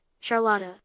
Charlotta